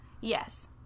Yes